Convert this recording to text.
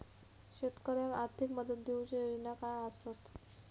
शेतकऱ्याक आर्थिक मदत देऊची योजना काय आसत?